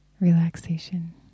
relaxation